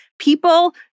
People